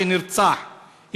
שנרצח.